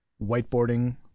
Whiteboarding